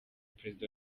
perezida